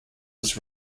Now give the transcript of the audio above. was